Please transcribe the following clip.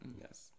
Yes